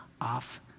off